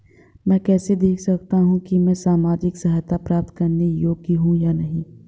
मैं कैसे देख सकता हूं कि मैं सामाजिक सहायता प्राप्त करने योग्य हूं या नहीं?